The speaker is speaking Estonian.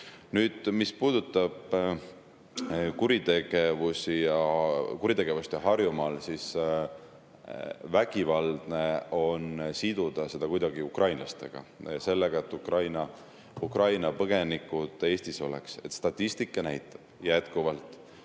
Nüüd, mis puudutab kuritegevust Harjumaal, siis vägivaldne on siduda seda kuidagi ukrainlastega, sellega, et Ukraina põgenikud Eestis on. Statistika näitab jätkuvalt,